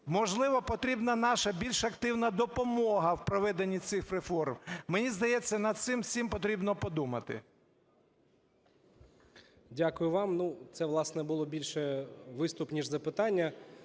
можливо, потрібна наша більш активна допомога в проведенні цих реформ? Мені здається, над цим всім потрібно подумати. 19:08:12 МОНАСТИРСЬКИЙ Д.А. Дякую вам. Ну, це, власне, було більше виступ, ніж запитання.